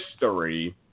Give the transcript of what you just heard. history